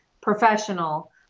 professional